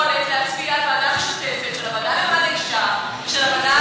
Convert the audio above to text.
להצביע על ועדה משותפת של הוועדה למעמד האישה ושל ועדת